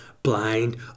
Blind